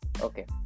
Okay